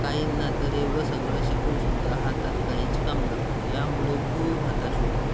काहीं ना तर एवढं सगळं शिकूनसुद्धा हातात काहीच काम नसतं यामुळे खूप हताश होतात